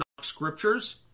scriptures